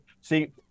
see